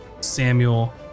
Samuel